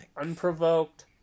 Unprovoked